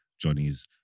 Johnny's